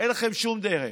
אין לכם שום דרך.